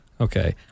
Okay